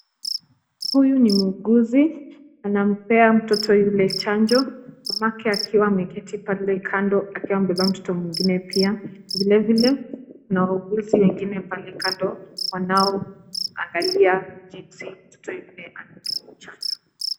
Huyu ni muuguzi anampea mtoto yule chanjo, mamake akiwa ameketi pale kando akiwa amebeba mtoto mwingine pia, vilevile kuna wauguzi wengine pale kando wanaoangalia jinsi mtoto yule amedungwa chanjo.